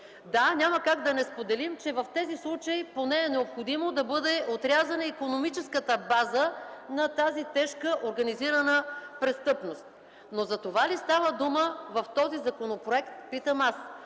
Да, няма как да не споделим, че в тези случаи поне е необходимо да бъде отрязана икономическата база на тази тежка организирана престъпност. Но за това ли става дума в този законопроект, питам аз?